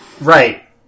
Right